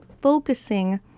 focusing